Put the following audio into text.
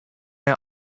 nei